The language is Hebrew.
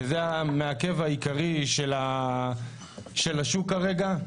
שזה המעכב העיקרי של השוק כרגע.